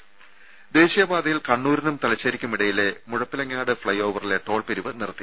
രും ദേശീയപാതയിൽ കണ്ണൂരിനും തലശ്ശേരിക്കുമിടയിലെ മുഴപ്പിലങ്ങാട് ഫ്ലൈ ഓവറിലെ ടോൾപിരിവ് നിർത്തി